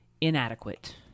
inadequate